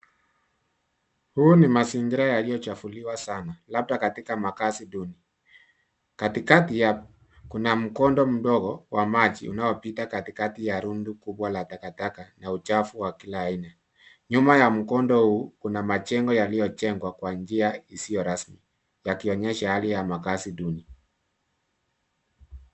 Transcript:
Huu ni mazingira yaliyo chafuliwa sana labda katika makazi duni. Katikati yake kuna mkondo mdogo wa maji unaopita katikati ya rundo kubwa la taka taka na uchafu wa kila aina nyuma ya mkondo huu kuna majengo yaliyo jengwa kwa njia isiyo rasmi yakionyesha hali ya makazi duni.